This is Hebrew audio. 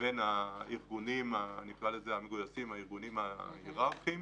לבין הארגונים המגויסים, הארגונים ההיררכיים.